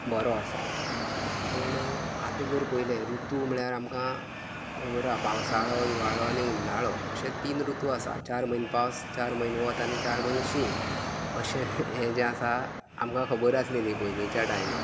बरो आसा पूण आता जर पळयलें ऋतू म्हळ्यार आमकां खबर आहा पावसाळो हिवाळो आनी उन्हाळो अशें तीन ऋतू आसात चार म्हयने पावस चार म्हयने वत आनी चार म्हयने शीं अशें हें जे आसा आमकां खबर आसलेली पयलींच्या टायमार